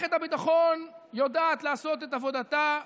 מערכת הביטחון יודעת לעשות את עבודתה,